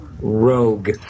rogue